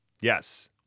Yes